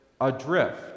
adrift